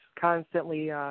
constantly